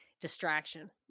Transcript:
distraction